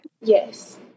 Yes